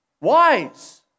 Wise